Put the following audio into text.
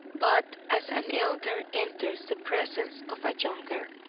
but as an elder enters the presence of a younger.